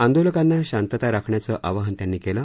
आंदोलकांना शांतता राखण्याचं आवाहन त्यांनी केलं